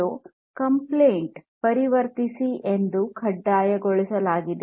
0 complaint ಪರಿವರ್ತಿಸಿ ಎಂದು ಕಡ್ಡಾಯಗೊಳಿಸಲಾಗಿದೆ